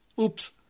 Oops